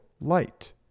light